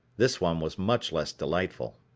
this one was much less delightful.